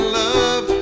love